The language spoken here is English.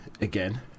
again